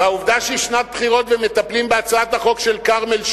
והעובדה שזה שנת בחירות ומטפלים בהצעת החוק של כרמל שאמה,